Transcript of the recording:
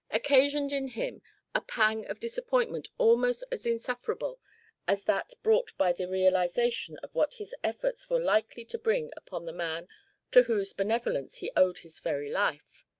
occasioned in him a pang of disappointment almost as insufferable as that brought by the realisation of what his efforts were likely to bring upon the man to whose benevolence he owed his very life.